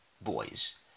boys